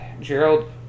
Gerald